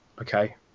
Okay